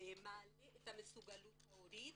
מעלה את המסוגלות ההורים,